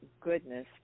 goodness